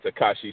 Takashi